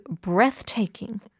breathtaking